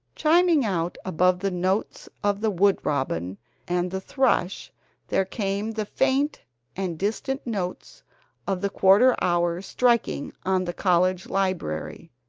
chiming out above the notes of the wood-robin and the thrush there came the faint and distant notes of the quarter hour striking on the college library.